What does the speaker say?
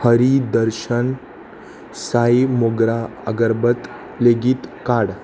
हरी दर्शन साई मोगरा अगरबत लेगीत काड